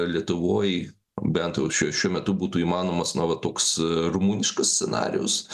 lietuvoj bent jau š šiuo metu būtų įmanomas na va toks rumuniškas scenarijus